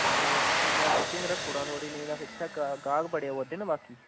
आ ते फेर मैं बुकिंग रक्खी ओड़ा थुआढ़ी नेईं ते इत्थे गाह्क गाह्क बड़े आवै दे न बाकी